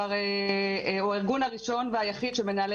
הוא הארגון הראשון והיחיד של מנהלי